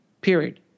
Period